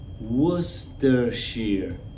Worcestershire